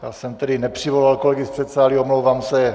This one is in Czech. Já jsem tedy nepřivolal kolegy z předsálí, omlouvám se.